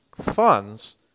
funds